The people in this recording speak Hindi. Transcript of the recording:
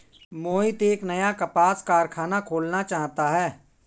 मोहित एक नया कपास कारख़ाना खोलना चाहता है